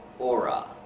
Aura